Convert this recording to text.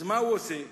מה הוא עושה?